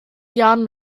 jahren